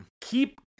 Keep